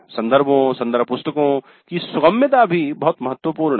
संदर्भों संदर्भ पुस्तकों की सुगम्यता भी बहुत महत्वपूर्ण है